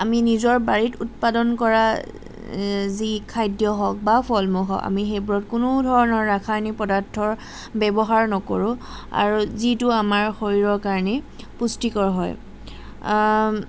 আমি নিজৰ বাৰীত উৎপাদন কৰা যি খাদ্য হওক বা ফল মূল হওক আমি সেইবোৰত কোনো ধৰণৰ ৰাসায়নিক পদাৰ্থ ব্যৱহাৰ নকৰোঁ আৰু যিটো আমাৰ শৰীৰৰ কাৰণে পুষ্টিকৰ হয়